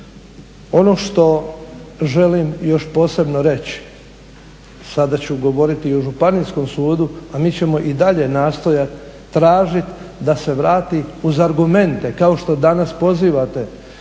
Ono što želim još posebno reći, sada ću govoriti i o županijskom sudu a mi ćemo i dalje nastojat tražit da se vrati uz argumente kao što danas pozivate